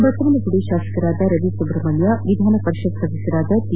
ಬಸವನ ಗುಡಿ ಶಾಸಕರಾದ ರವಿ ಸುಬ್ರಹ್ಮಣ್ಯ ವಿಧಾನ ಪರಿಷತ್ ಸದಸ್ಕರಾದ ಟಿ